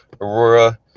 Aurora